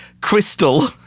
crystal